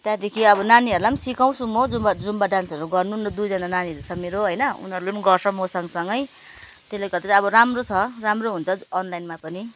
त्यहाँदेखि अब नानीहरूलाई सिकाउँछु म जुम्बा जुम्बा डान्सहरू गर्नु दुइजना नानीहरू छ मेरो होइन उनीहरूले गर्छ म सँग सँगै त्यसले गर्दा चाहिँ अब राम्रो छ राम्रो हुन्छ अनलाइनमा पनि